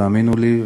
תאמינו לי,